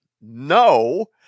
no